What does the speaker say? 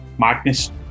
Magnus